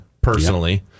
personally